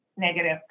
negative